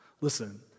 Listen